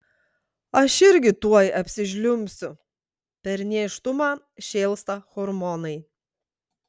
aš irgi tuoj apsižliumbsiu per nėštumą šėlsta hormonai